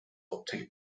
obtain